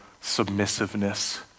submissiveness